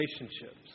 relationships